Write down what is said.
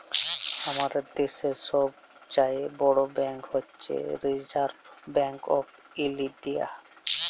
আমাদের দ্যাশের ছব চাঁয়ে বড় ব্যাংক হছে রিসার্ভ ব্যাংক অফ ইলডিয়া